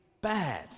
bad